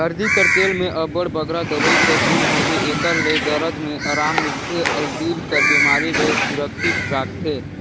हरदी कर तेल में अब्बड़ बगरा दवई कर गुन होथे, एकर ले दरद में अराम मिलथे अउ दिल कर बेमारी ले सुरक्छित राखथे